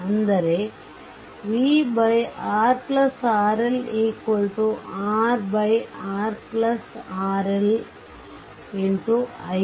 ಅಂದರೆ v RRL R RRL i